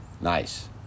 Nice